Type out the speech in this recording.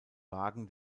wagen